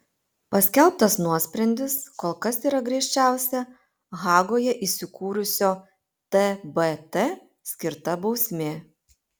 paskelbtas nuosprendis kol kas yra griežčiausia hagoje įsikūrusio tbt skirta bausmė